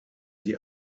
sie